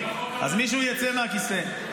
אז מישהו יצא מהכיסא,